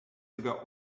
sogar